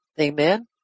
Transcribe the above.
Amen